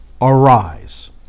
arise